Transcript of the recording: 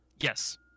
Yes